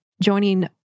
joining